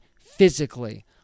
physically